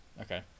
Okay